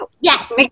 yes